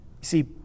See